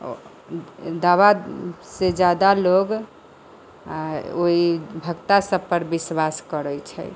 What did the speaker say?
दवासँ ज्यादा लोक ओहि भगता सबपर विश्वास करै छै